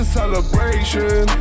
celebration